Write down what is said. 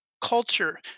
culture